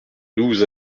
douze